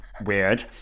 weird